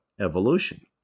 evolution